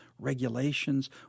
regulations